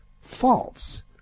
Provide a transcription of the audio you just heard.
false